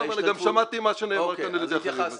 אבל גם שמעתי מה שנאמר כאן על ידי אחרים.